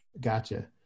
Gotcha